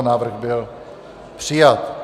Návrh byl přijat.